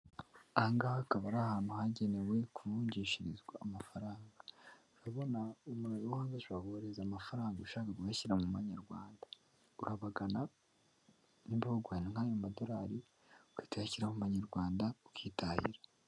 Aha ngaha akaba ari ahantu hagenewe ku kuvunjishirizwa amafaranga, urabona umuntu wo hanze ashobora kukoherereza amafaranga ushaka kuyashyira mu manyarwanda, urabagana nimba baguhaye nk'ayo madorari ugahita uyashyira mu manyarwanda ukitahira.